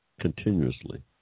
continuously